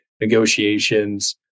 negotiations